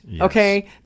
okay